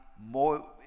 more